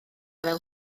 fel